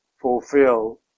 fulfill